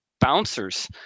bouncers